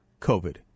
COVID